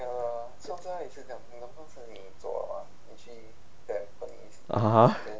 (uh huh)